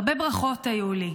הרבה ברכות היו לי.